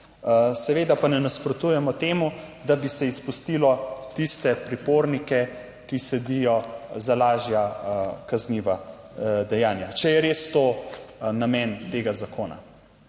Seveda pa ne nasprotujemo temu, da bi se izpustilo tiste pripornike, ki sedijo za lažja kazniva dejanja, če je res to namen tega zakona.